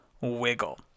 wiggle